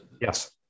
yes